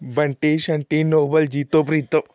Bunty Shunty novel Jeeto Preeto